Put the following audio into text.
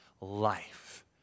life